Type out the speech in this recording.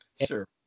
Sure